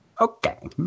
Okay